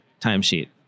timesheet